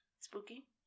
Spooky